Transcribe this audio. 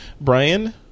Brian